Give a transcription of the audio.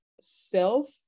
self